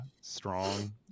strong